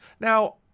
Now